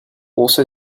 also